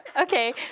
okay